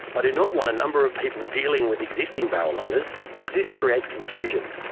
i do not want a number of people dealing with existing barrel owners as this creates confusion.